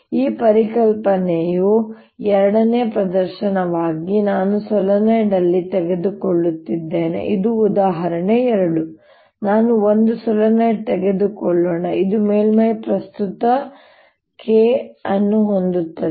ಈ ಪರಿಕಲ್ಪನೆಯ ಎರಡನೇ ಪ್ರದರ್ಶನವಾಗಿ ನಾನು ಸೊಲೀನಾಯ್ಡ್ ಅನ್ನು ತೆಗೆದುಕೊಳ್ಳುತ್ತೇನೆ ಇದು ಉದಾಹರಣೆ 2 ನಾನು ಒಂದು ಸೊಲೀನಾಯ್ಡ್ ತೆಗೆದುಕೊಳ್ಳೋಣ ಇದು ಮೇಲ್ಮೈ ಪ್ರಸ್ತುತ K ಅನ್ನು ಹೊಂದಿರುತ್ತದೆ